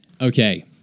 Okay